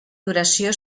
duració